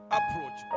Approach